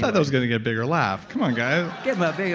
thought that was gonna get a bigger laugh. come on guys give a big.